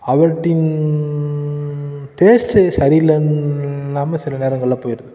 அவற்றின் டேஸ்டு சரியில்லனு இல்லாமல் சில நேரங்களில் போயிடுது